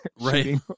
right